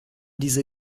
diese